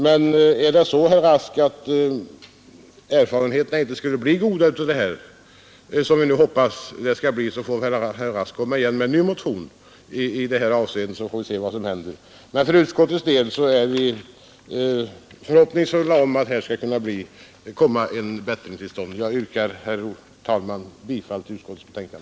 Men om erfarenheterna inte skulle bli så goda som vi hoppas, så får herr Rask komma igen med en ny motion i detta avseende, så får vi se vad som händer. För utskottets del är vi förhoppningsfulla om att det här skall komma en bättring till stånd. Jag yrkar, herr talman, bifall till utskottets hemställan.